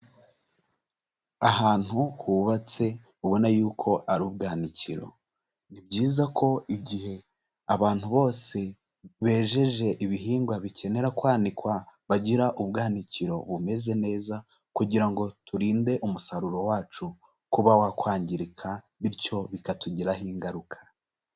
Ahantu hubatse ubona yuko ari ubwanikiro. Ni byiza ko igihe abantu bose bejeje ibihingwa bikenera kwanikwa bagira ubwanwanikiro bumeze neza, kugira ngo turinde umusaruro wacu kuba wakwangirika bityo bikatugiraho ingaruka.